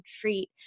treat